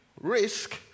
risk